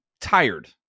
tired